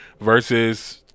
versus